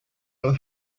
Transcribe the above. will